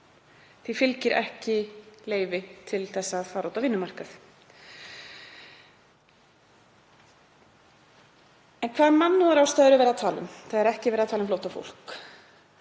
því fylgir ekki leyfi til að fara út á vinnumarkað. En hvaða mannúðarástæður er verið að tala um? Það er ekki verið að tala um flóttafólk.